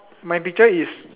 my picture is